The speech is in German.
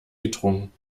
getrunken